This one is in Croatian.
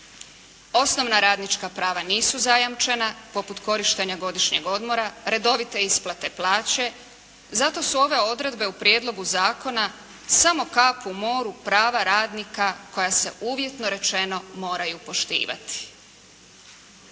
Osnovna radnička prava nisu zajamčena poput korištenja godišnjeg odmora, redovite isplate plaće. Zato su ove odredbe u prijedlogu zakona samo kap u moru prava radnika koja se uvjetno rečeno moraju poštivati.